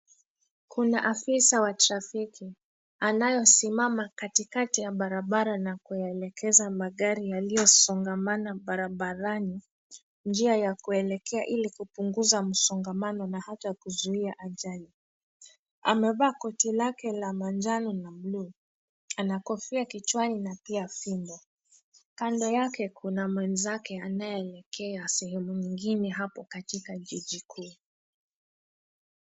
Kuna afisa wa trafiki anayosimama katikati ya barabara na kuyaelekeza magari yaliyosongamana barabarani, njia ya kuelekea ili kupunguza msongamano na hata kuzuia ajali. Amevaa koti lake la manjano na bluu. Ana kofia kichwani na pia fimbo. Kando yake kuna mwenzake anayeelekea sehemu nyingine hapo katika jiji kuu.